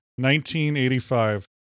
1985